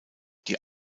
die